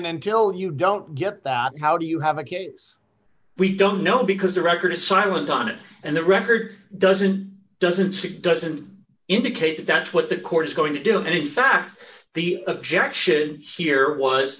end till you don't get that how do you have a case we don't know because the record is silent on it and the record doesn't doesn't suggest an indicate that that's what the court is going to do and in fact the objection here was